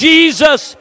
Jesus